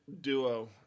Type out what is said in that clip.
duo